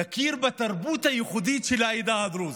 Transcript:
להכיר בתרבות הייחודית של העדה הדרוזית,